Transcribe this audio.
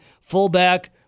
fullback